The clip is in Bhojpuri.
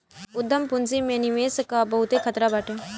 उद्यम पूंजी में निवेश कअ बहुते खतरा बाटे